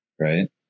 right